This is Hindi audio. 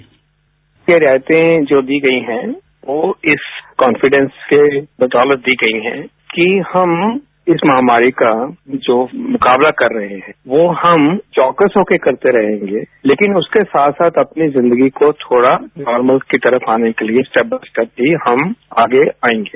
साउंड बाईट ये रियायतें जो दी गई हैं वो इस कॉनफिडेंस के बदौलत दी गई हैं कि हम इस महामारी का जो मुकाबला कर रहे हैं वो हम चौकस होके करते रहेंगे लेकिन उसके साथ साथ अपनी जिंदगी को थोड़ा नॉर्मल की तरफ आने के लिए स्टैप बाय स्टैप भी हम आगे आएंगे